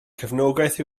cefnogaeth